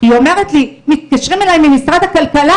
היא אומרת לי שמתקשרים אליה ממשרד הכלכלה